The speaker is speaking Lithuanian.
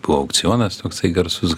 buvo aukcionas toksai garsus